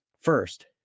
First